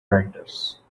writers